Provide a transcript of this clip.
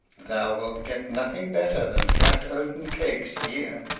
thou wilt get nothing better than flat oaten cakes here.